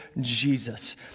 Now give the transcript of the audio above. Jesus